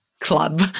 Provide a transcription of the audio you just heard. club